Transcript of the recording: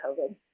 COVID